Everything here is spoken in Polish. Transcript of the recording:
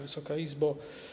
Wysoka Izbo!